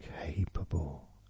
capable